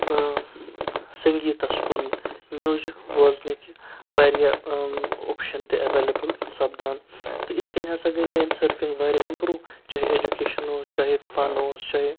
ٲں سٔنگیٖتَس کُن میٛوزِک بوزنٕکۍ واریاہ اوپشَن تہِ ایٚولیبٕل سپدان تہٕ یِتھ کٔنۍ ہسا گٔے میٛٲنۍ سٔرفِنٛگ واریاہ اِمپرٛو چاہے ایٚجوکیشَن اوس چاہے فَن اوس چاہے